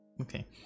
Okay